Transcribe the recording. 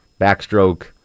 backstroke